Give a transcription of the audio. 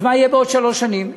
אז מה יהיה בעוד שלוש שנים?